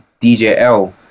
DJL